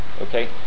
okay